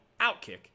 OutKick